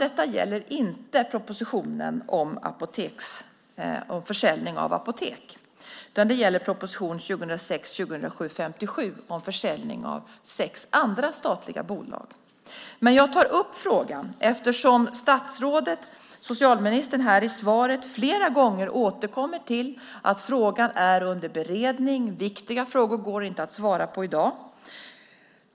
Detta gäller inte propositionen om försäljning av apotek, utan det gäller proposition 2006/07:57 om försäljning av sex andra statliga bolag. Men jag tar upp frågan eftersom socialministern i svaret flera gånger återkommer till att frågan är under beredning och att viktiga frågor inte går att svara på i dag.